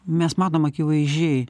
mes matom akivaizdžiai